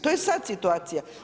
To je sad situacija.